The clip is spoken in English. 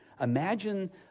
Imagine